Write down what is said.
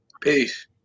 Peace